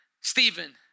Stephen